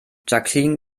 jacqueline